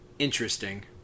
Interesting